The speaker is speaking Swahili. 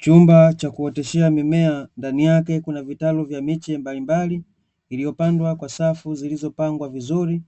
Chumba cha kuoteshea mimea ndani yake kuna vitalu vya miche mbalimbali, iliyopandwa kwa safu zilizopangwa vizuri.